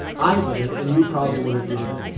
i wouldn't. and you probably wouldn't either.